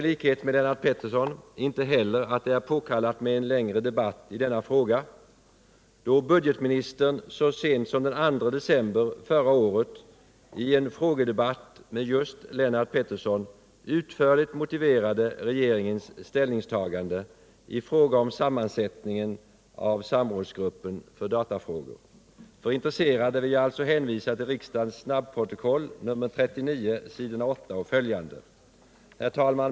Liksom Lennart Pettersson tycker inte jag heller att det är påkallat med en längre debatt i denna fråga, då budgetministern så sent som den 2 december förra året i en frågedebatt med just Lennart Pettersson utförligt motiverade regeringens ställningstagande beträffande sammansättningen av samrådsgruppen för datafrågor. För intresserade vill jag alltså hänvisa till riksdagens snabbprotokoll nr 39, s. 8 och följande. Herr talman!